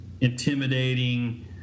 intimidating